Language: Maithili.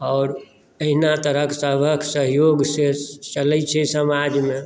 आओर अहिना सभक सहयोग से चलै छै समाजमे